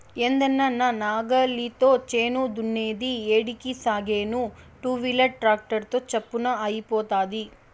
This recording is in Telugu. ఏందన్నా నా నాగలితో చేను దున్నేది ఏడికి సాగేను టూవీలర్ ట్రాక్టర్ తో చప్పున అయిపోతాది